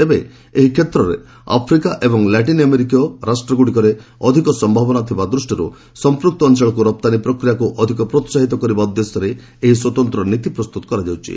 ତେବେ ଏହି କ୍ଷେତ୍ରରେ ଆଫ୍ରିକା ଏବଂ ଲାଟିନ୍ ଆମେରିକୀୟ ଦେଶଗୁଡ଼ିକରେ ଅଧିକ ସମ୍ଭାବନା ଥିବା ଦୃଷ୍ଟିରୁ ସମ୍ପୃକ୍ତ ଅଞ୍ଚଳକୁ ରପ୍ତାନୀ ପ୍ରକ୍ୟିାକୁ ଅଧିକ ପ୍ରୋହାହିତ କରିବା ଉଦ୍ଦେଶ୍ୟରେ ଏହି ସ୍ନତନ୍ତ୍ର ନୀତି ପ୍ରସ୍ତତ କରାଯାଉଛି